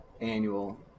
annual